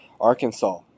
Arkansas